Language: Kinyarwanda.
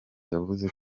yavuze